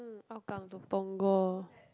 Hougang to punggol